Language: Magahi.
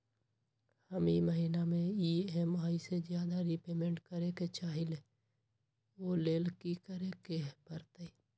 हम ई महिना में ई.एम.आई से ज्यादा रीपेमेंट करे के चाहईले ओ लेल की करे के परतई?